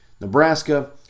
Nebraska